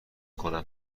کنم